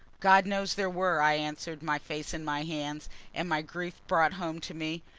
god knows there were, i answered, my face in my hands and, my grief brought home to me,